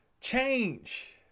change